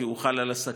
כי הוא חל על עסקים,